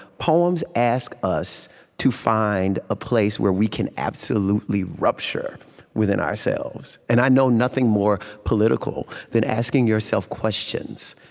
poems ask us to find a place where we can absolutely rupture within ourselves. and i know nothing more political than asking yourself questions,